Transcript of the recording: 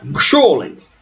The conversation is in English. surely